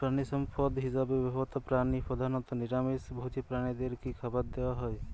প্রাণিসম্পদ হিসেবে ব্যবহৃত প্রাণী প্রধানত নিরামিষ ভোজী প্রাণীদের কী খাবার দেয়া হয়?